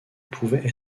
pouvaient